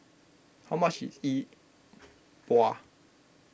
how much is E Bua